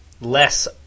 less